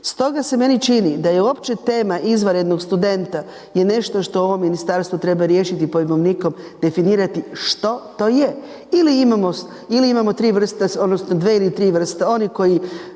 stoga se meni čini da je uopće tema izvanrednog studenta je nešto što ovo ministarstvo treba riješiti pojmovnikom definirati što to je. Ili imamo tri odnosno dvije ili tri vrste oni koji